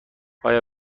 آیا